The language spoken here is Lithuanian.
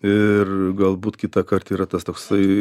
ir galbūt kitąkart yra tas toksai